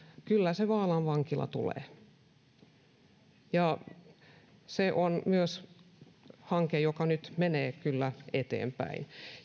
kyllä se vaalan vankila tulee se on hanke joka nyt menee kyllä eteenpäin